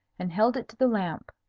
and held it to the lamp.